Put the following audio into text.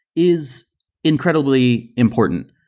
is incredibly important.